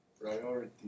Priority